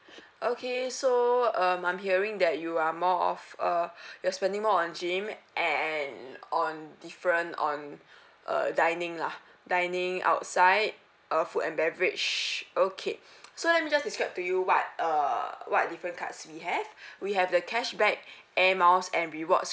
okay so um I'm hearing that you are more of uh you're spending on gym and on different on err dining lah dining outside uh food and beverage okay so let me just describe to you what err what are the different cards we have we have the cashback air miles and rewards